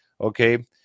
Okay